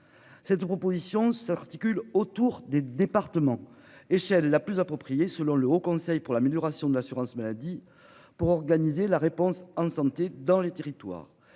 Cette proposition s'articule autour des départements échelle la plus appropriée selon le Haut Conseil pour l'amélioration de l'assurance maladie pour organiser la réponse en santé dans les territoires